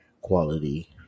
quality